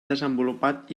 desenvolupat